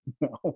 no